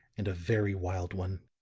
and a very wild one.